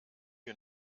wir